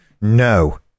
No